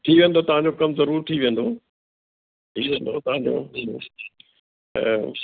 थी वेंदो तव्हां जो कमु ज़रूरु थी वेंदो थी वेंदो तव्हां जो कोइ न ऐं